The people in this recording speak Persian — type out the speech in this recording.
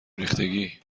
ریختگی